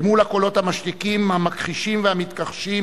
אל מול הקולות המשתיקים, המכחישים והמתכחשים,